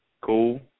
Cool